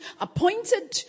appointed